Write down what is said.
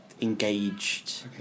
engaged